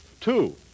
Two